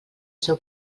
seu